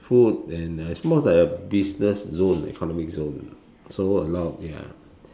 food and uh it's more like a business zone economic zone so a lot of ya